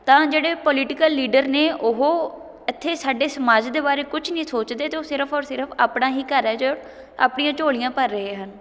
ਤਾਂ ਜਿਹੜੇ political leader ਨੇ ਉਹ ਇੱਥੇ ਸਾਡੇ ਸਮਾਜ ਦੇ ਬਾਰੇ ਕੁਛ ਨਹੀਂ ਸੋਚਦੇ ਅਤੇ ਉਹ ਸਿਰਫ ਔਰ ਸਿਰਫ ਆਪਣਾ ਹੀ ਘਰ ਹੈ ਜੋ ਆਪਣੀਆਂ ਝੋਲੀਆਂ ਭਰ ਰਹੇ ਹਨ